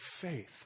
faith